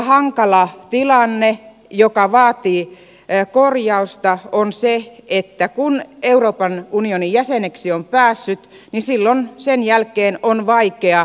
hankala tilanne joka vaatii korjausta on se että kun euroopan unionin jäseneksi on päässyt sen jälkeen on vaikea